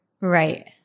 Right